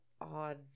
odd